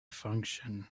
function